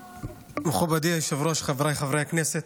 מכובדי היושב-ראש, חבריי חברי הכנסת,